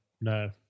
no